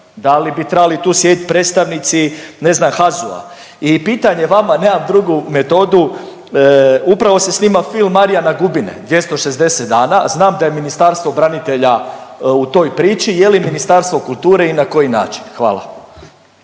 Da li bi trebali tu sjediti predstavnici ne znam, HAZU-a? I pitanje vama, nemam drugu metodu upravo se snima film Marijana Gubine 260 dana. Znam da je Ministarstvo branitelja u toj prili, je li Ministarstvo kulture i na koji način? Hvala.